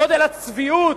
גודל הצביעות,